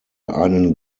einen